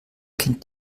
kennt